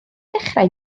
dechrau